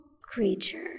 creature